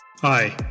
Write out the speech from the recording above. Hi